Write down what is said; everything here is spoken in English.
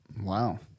Wow